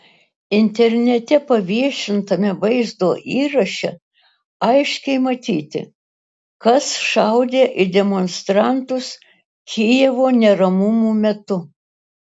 internete paviešintame vaizdo įraše aiškiai matyti kas šaudė į demonstrantus kijevo neramumų metu